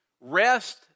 Rest